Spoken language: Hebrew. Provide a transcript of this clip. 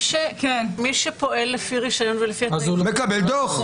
מי שפועל לפי הרישיון ולפני התנאים --- מקבל דוח.